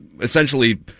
essentially –